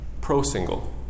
pro-single